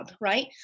right